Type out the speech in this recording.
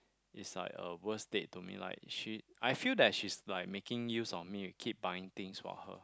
it's like a worst date to me like she I feel that she's like making use of me you keep buying things for her